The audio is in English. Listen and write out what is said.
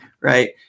right